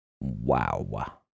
Wow